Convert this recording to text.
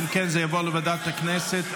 אם כן, זה יעבור לוועדת הכנסת.